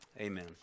Amen